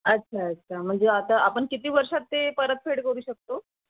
अच्छा अच्छा म्हणजे आता आपण किती वर्षात ते परतफेड करू शकतो